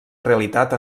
realitat